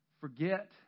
forget